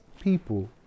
people